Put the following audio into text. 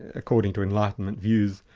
according to enlightenment views,